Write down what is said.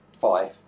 five